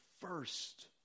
first